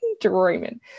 dreaming